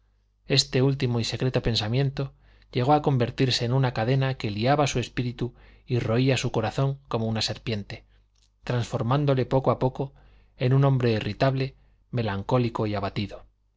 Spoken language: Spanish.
este único y secreto pensamiento llegó a convertirse en una cadena que liaba su espíritu y roía su corazón como una serpiente transformándole poco a poco en un hombre irritable melancólico y abatido